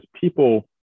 people